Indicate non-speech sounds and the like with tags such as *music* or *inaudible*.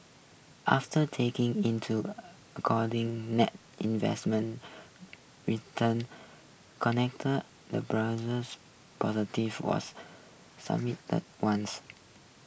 after taking into a according net investment returns connect the brothers positive was *unintelligible* the ones